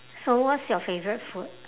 so what's your favourite food